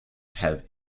have